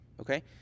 Okay